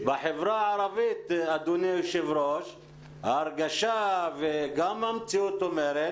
בחברה הערבית ההרגשה וגם המציאות אומרת